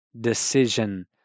decision